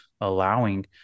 allowing